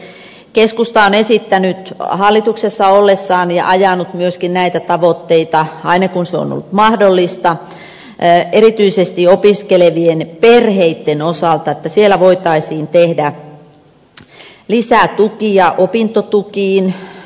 keskusta on esittänyt hallituksessa ollessaan ja ajanut myöskin näitä tavoitteita aina kun se on ollut mahdollista erityisesti opiskelevien perheitten osalta että siellä voitaisiin tehdä lisätukia opintotukiin